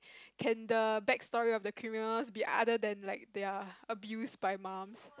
can the back story of the criminals be other than like they are abused by moms